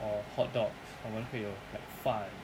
or hot dogs 我们会有 like 饭